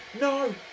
No